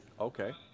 okay